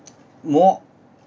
more